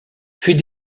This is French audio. fait